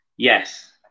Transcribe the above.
Yes